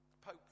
Pope